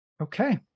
Okay